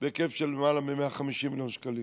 בהיקף של למעלה מ-150 מיליון שקלים,